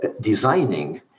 designing